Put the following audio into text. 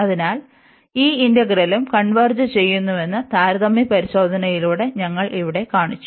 അതിനാൽ ഈ ഇന്റഗ്രലും കൺവെർജ് ചെയ്യുന്നുവെന്ന് താരതമ്യ പരിശോധനയിലൂടെ ഞങ്ങൾ ഇവിടെ കാണിച്ചു